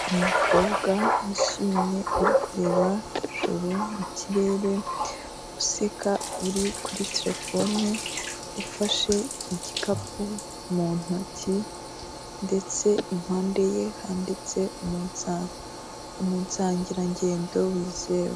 Umukobwa wishimye uri kureba hejuru mu kirere useka uri kuri terefone ufashe igikapu mu ntoki ndetse impande ye handitse umusangirangendo wizewe.